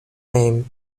name